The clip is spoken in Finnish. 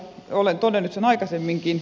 olen todennut sen aikaisemminkin